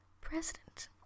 president